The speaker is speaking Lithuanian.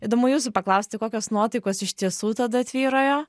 įdomu jūsų paklausti kokios nuotaikos iš tiesų tada tvyrojo